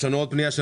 יש עוד פנייה של